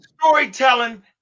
Storytelling